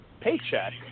paycheck